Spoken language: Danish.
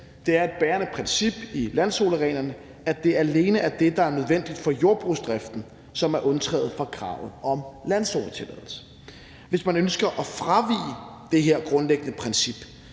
Det er et bærende princip i landzonereglerne, at det alene er det, der er nødvendigt for jordbrugsdrift, som er undtaget fra kravet om landzonetilladelse. Hvis man ønsker at fravige det her grundlæggende princip,